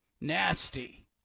Nasty